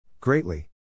Greatly